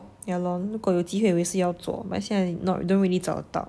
yeah lor 如果有机会我也是要做 but 现在 not don't really 找得到